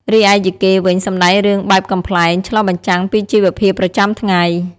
រីឯ យីកេ វិញ សម្ដែងរឿងបែបកំប្លែង ឆ្លុះបញ្ចាំងពីជីវភាពប្រចាំថ្ងៃ។